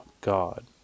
God